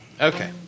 okay